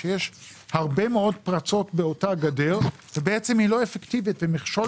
שיש הרבה מאוד פרצות באותה גדר ובעצם היא לא אפקטיבית ומכשול